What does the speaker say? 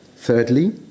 Thirdly